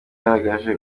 yaragaragaje